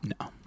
No